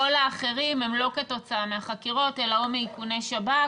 כל האחרים הם לא כתוצאה מהחקירות אלא או מאיכוני שב"כ